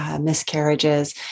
miscarriages